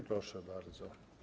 Proszę bardzo.